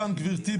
כאן גברתי,